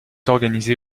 organisée